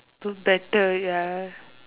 better ya